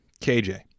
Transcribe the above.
KJ